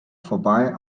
vorbei